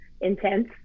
intense